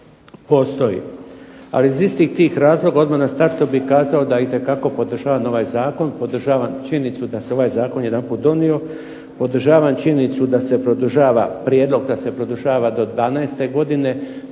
Ali iz istih tih razloga odmah na startu bih kazao da itekako podržavam ovaj zakon, podržavam činjenicu da se ovaj zakon jedanput donio, podržavam činjenicu da se produžava prijedlog, da se